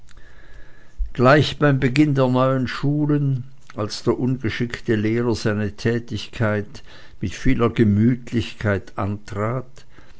gleich beim beginne der neuen schulen als der ungeschickte lehrer seine tätigkeit mit vieler gemütlichlkeit antrat